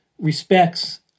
respects